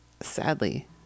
sadly